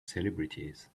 celebrities